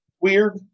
Weird